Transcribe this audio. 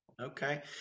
Okay